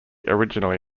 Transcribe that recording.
originally